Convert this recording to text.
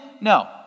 No